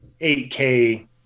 8K